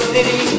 City